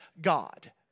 God